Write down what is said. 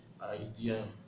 idea